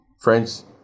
Friends